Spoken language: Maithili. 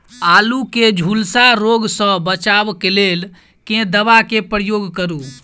आलु केँ झुलसा रोग सऽ बचाब केँ लेल केँ दवा केँ प्रयोग करू?